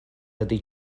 ydy